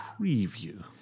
preview